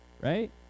right